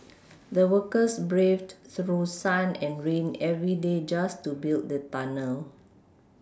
the workers braved through sun and rain every day just to build the tunnel